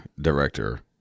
director